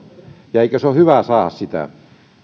ja eikö se ole hyvä saada sitä